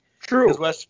True